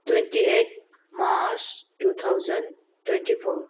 twenty eight March two thousand twenty four